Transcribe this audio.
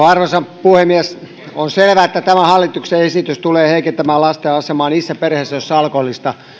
arvoisa puhemies on selvää että tämä hallituksen esitys tulee heikentämään lasten asemaa niissä perheissä joissa alkoholista